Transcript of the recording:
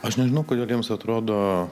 aš nežinau kodėl jiems atrodo